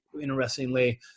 interestingly